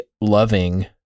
loving